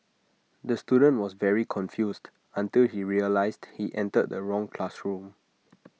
the student was very confused until he realised he entered the wrong classroom